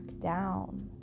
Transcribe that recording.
down